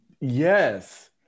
Yes